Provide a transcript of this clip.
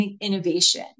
innovation